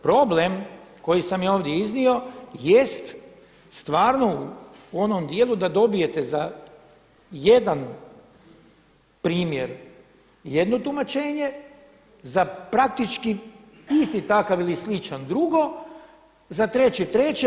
Problem koji sam ja ovdje iznio jest stvarno u onom dijelu da dobijete za jedan primjer jedno tumačenje, za praktički isti takav ili sličan drugo, za treći treće.